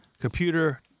Computer